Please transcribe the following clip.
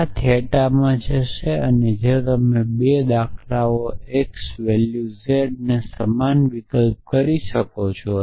આ થિયેટામાં જશે તેથી જો તમે આ 2 દાખલાઓને x વેલ્યુ z માટે સમાન વિકલ્પ કરી શકો છો